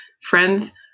friends